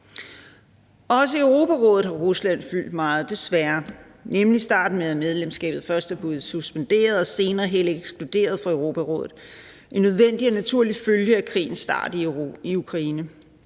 Også i Europarådet har Rusland fyldt meget, desværre. Medlemskabet blev først suspenderet, og senere blev man helt ekskluderet fra Europarådet – en nødvendig og naturlig følge af krigens start i Ukraine.